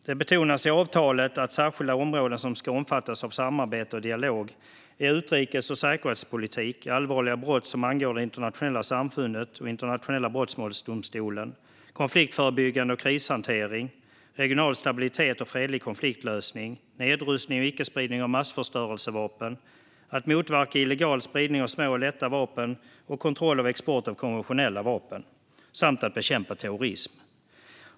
Det betonas i avtalet att särskilda områden som ska omfattas av samarbete och dialog är utrikes och säkerhetspolitik, allvarliga brott som angår det internationella samfundet och Internationella brottmålsdomstolen, konfliktförebyggande och krishantering, regional stabilitet och fredlig konfliktlösning, nedrustning och icke-spridning av massförstörelsevapen, att motverka illegal spridning av små och lätta vapen och kontroll av export av konventionella vapen samt att bekämpa terrorism.